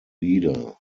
leader